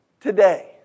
Today